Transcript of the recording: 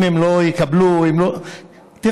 אם הם לא יקבלו, אם לא, תירגעי.